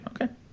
okay